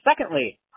Secondly